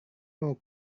mau